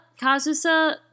Kazusa